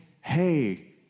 hey